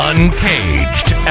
Uncaged